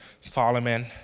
Solomon